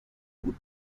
gut